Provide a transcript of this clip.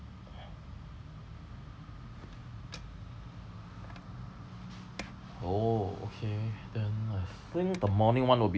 oh okay then I think the morning one will be